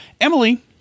Emily